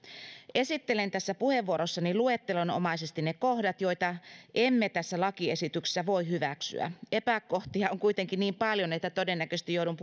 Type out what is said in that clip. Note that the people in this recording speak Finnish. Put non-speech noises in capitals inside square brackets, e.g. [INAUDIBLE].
esittelen tässä puheenvuorossani luettelonomaisesti ne kohdat joita emme tässä lakiesityksessä voi hyväksyä epäkohtia on kuitenkin niin paljon että todennäköisesti joudun [UNINTELLIGIBLE]